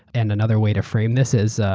and another way to frame this is,